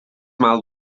mal